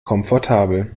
komfortabel